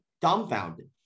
dumbfounded